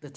the